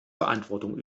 verantwortung